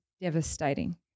devastating